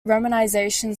romanization